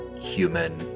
human